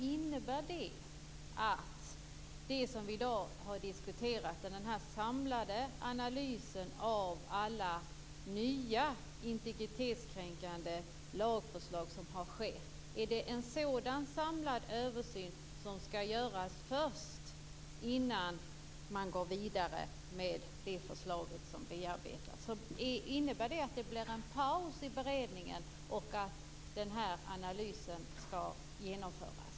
Innebär det att det som vi i dag har diskuterat - nämligen den samlade analys av alla nya integritetskränkande lagförslag som har skett - skall göras innan man går vidare med det förslag som bearbetas? Innebär det att det blir en paus i beredningen och att analysen skall genomföras?